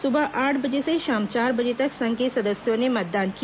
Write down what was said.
सुबह आठ बजे से शाम चार बजे तक संघ के सदस्यों ने मतदान किया